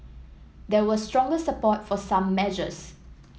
there was stronger support for some measures